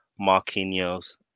Marquinhos